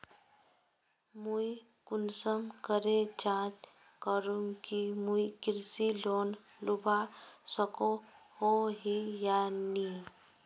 मुई कुंसम करे जाँच करूम की मुई कृषि लोन लुबा सकोहो ही या नी?